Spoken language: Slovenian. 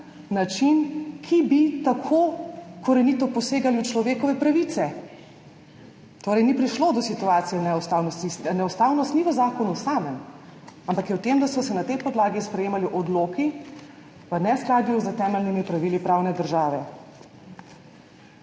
način, ki bi tako korenito posegali v človekove pravice, torej ni prišlo do situacije neustavnosti. Neustavnost ni v zakonu samem, ampak je v tem, da so se na tej podlagi sprejemali odloki v neskladju s temeljnimi pravili pravne države.